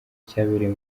cyabereye